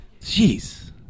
Jeez